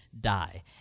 die